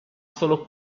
solo